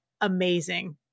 amazing